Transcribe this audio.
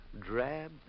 drab